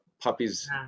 puppies